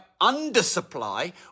undersupply